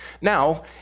Now